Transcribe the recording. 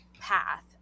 path